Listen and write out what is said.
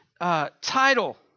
title